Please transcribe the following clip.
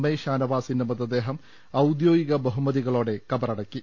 I ഷാനവാസിന്റെ മൃതദേഹം ഔദ്യോഗിക ബഹുമതികളോടെ കബറടക്കി